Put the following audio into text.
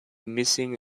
missing